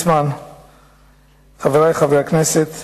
חבר הכנסת